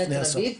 עיריית תל-אביב.